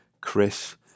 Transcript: Chris